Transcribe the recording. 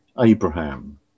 Abraham